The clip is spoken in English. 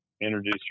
introduce